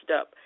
up